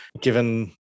given